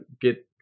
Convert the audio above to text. get